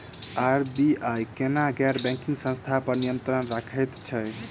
RBI केना गैर banking संस्था पर नियत्रंण राखैत छैक?